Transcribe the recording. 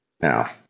Now